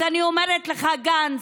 אז אני אומרת לך, גנץ,